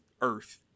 earth